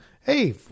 hey